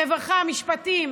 הרווחה והמשפטים